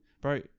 bro